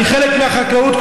אני חלק מהחקלאות,